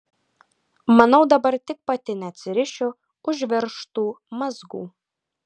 manau dabar tik pati neatsirišiu užveržtų mazgų